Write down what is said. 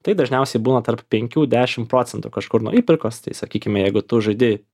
tai dažniausiai būna tarp penkių dešimt procentų kažkur nuo įpirkos tai sakykime jeigu tu žaidi